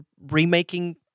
remaking